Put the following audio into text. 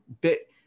bit